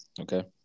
okay